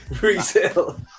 resale